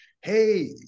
Hey